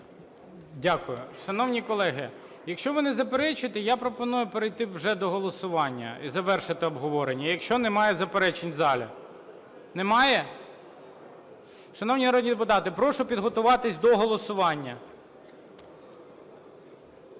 Дякую. Шановні колеги, якщо ви не заперечуєте, я пропоную перейти вже до голосування і завершити обговорення, якщо немає заперечень в залі. Немає? Шановні народні депутати, прошу підготуватися до голосування.